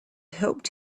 helped